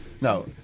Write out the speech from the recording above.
No